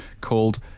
called